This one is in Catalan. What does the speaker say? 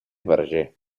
verger